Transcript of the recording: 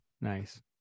Nice